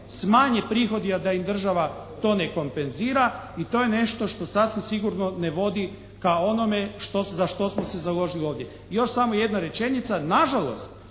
jednoj prihodi a da im država to ne kompenzira i to je nešto što sasvim sigurno ne vodi ka onome za što smo se založili ovdje. Još samo jedna rečenica. Nažalost